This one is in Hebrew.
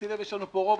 שמתי לב שיש לנו פה רוב,